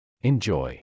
enjoy